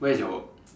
where is your work